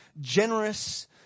generous